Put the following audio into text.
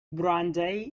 brandeis